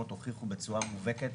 בבקשה,